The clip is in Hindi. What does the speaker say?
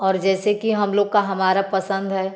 और जैसे कि हम लोग का हमारा पसंद है